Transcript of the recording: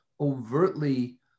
overtly